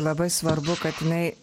labai svarbu kad jinai